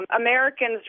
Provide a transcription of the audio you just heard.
Americans